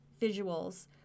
visuals